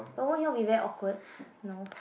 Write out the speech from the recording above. but won't you all be very awkward no